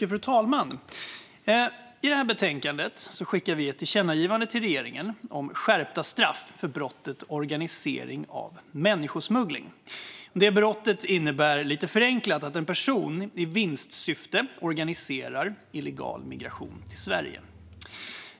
Fru talman! I det här betänkandet finns förslag om ett tillkännagivande till regeringen om skärpta straff för brottet organisering av människosmuggling. Det brottet innebär lite förenklat att en person i vinstsyfte organiserar illegal migration till Sverige.